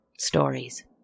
Stories